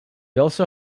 also